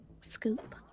scoop